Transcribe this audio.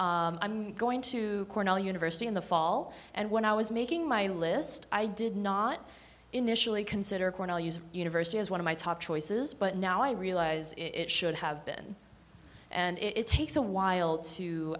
when i'm going to cornell university in the fall and when i was making my list i did not initially consider cornell use university as one of my top choices but now i realize it should have been and it takes a while to